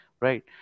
right